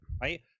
Right